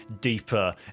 deeper